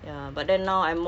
oh